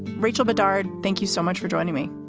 rachel bedard, thank you so much for joining me.